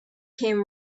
came